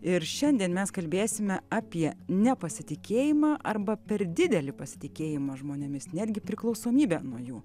ir šiandien mes kalbėsime apie nepasitikėjimą arba per didelį pasitikėjimą žmonėmis netgi priklausomybę nuo jų